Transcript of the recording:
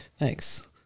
Thanks